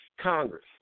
Congress